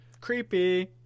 Creepy